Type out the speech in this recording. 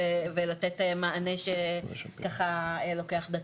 ולתת מענה שככה לוקח דקה.